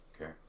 Okay